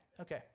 okay